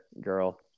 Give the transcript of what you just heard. girl